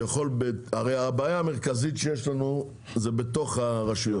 הבעיה המרכזית שיש לנו זה בתוך הרשויות.